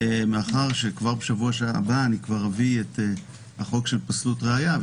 מאחר שבשבוע הבא אני כבר אביא את החוק של פסילת ראיה,